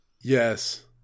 yes